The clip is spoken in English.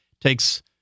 takes